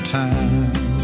time